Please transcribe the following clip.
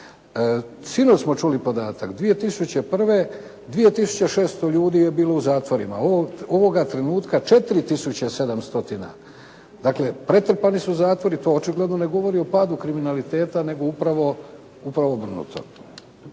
Sinoć smo čuli podatak 2001. 2 tisuće 600 ljudi je bilo u zatvorima. Ovoga trenutka 4 tisuće 7 stotina. Dakle pretrpani su zatvori. To očigledno ne govori o padu kriminaliteta nego upravo, upravo